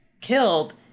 killed